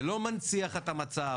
זה לא מנציח את המצב,